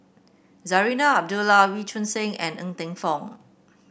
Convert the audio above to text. Zarinah Abdullah Wee Choon Seng and Ng Teng Fong